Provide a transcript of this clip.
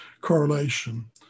correlation